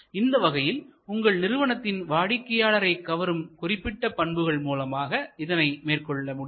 இந்த வகையில் உங்கள் நிறுவனத்தில் வாடிக்கையாளரைக் கவரும் குறிப்பிட்ட பண்புகள் மூலமாக இதனை மேற்கொள்ள முடியும்